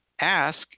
ask